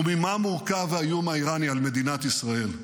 ממה מורכב האיום האיראני על מדינת ישראל?